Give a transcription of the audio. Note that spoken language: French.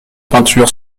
peintures